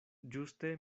ĝuste